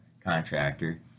contractor